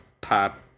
pop